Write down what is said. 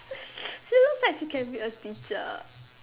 she looks like she can be a teacher